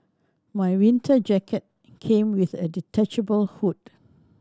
my winter jacket came with a detachable hood